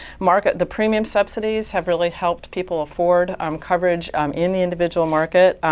market the premium subsidies have really helped people afford um coverage um in the individual market.